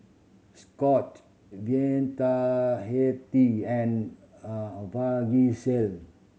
Scott Vitahealth and Vagisil